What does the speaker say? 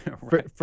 Right